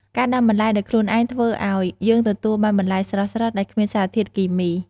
ការដាំបន្លែដោយខ្លួនឯងធ្វើឱ្យយើងទទួលបានបន្លែស្រស់ៗដែលគ្មានសារធាតុគីមី។